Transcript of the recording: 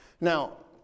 Now